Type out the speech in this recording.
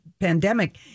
pandemic